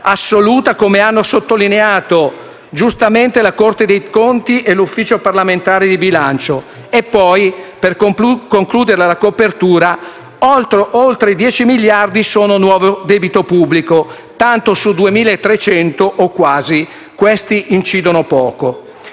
assoluta, come hanno sottolineato giustamente la Corte dei conti e l'Ufficio parlamentare di bilancio; e poi, per concludere la copertura, oltre 10 miliardi sono nuovo debito pubblico: tanto, su 2.300 o quasi, questi incidono poco.